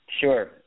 sure